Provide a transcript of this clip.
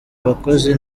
abakozi